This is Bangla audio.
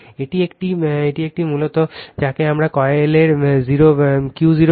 এটি একটি এটি মূলত যাকে আমরা কয়েলের Q 0 বলি